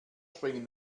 springen